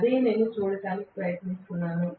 అదే నేను చూడటానికి ప్రయత్నిస్తున్నాను